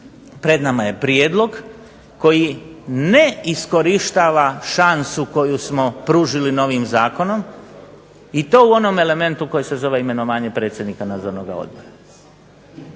pred nama je prijedlog koji ne iskorištava šansu koju smo pružili novim zakonom i to u onom elementu koji se zove imenovanje predsjednika Nadzornoga odbora.